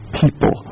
people